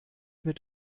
mit